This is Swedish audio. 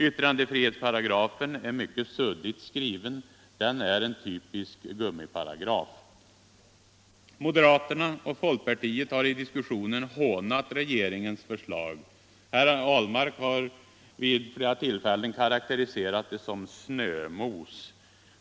Yttrandefrihetsparagrafen är mycket suddigt skriven, den är en typisk gummiparagraf. Moderaterna och folkpartiet har i diskussionen hånat regeringens förslag. Herr Ahlmark har vid flera tillfällen karakteriserat det som ”snömos”.